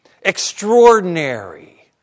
Extraordinary